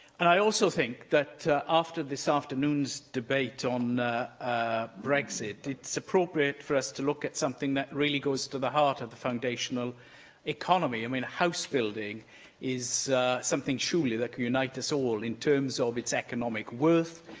and i also think that, after this afternoon's debate on brexit, it's appropriate for us to look at something that really goes to the heart of the foundational economy. i mean house building is something surely that can unite us all in terms of its economic worth,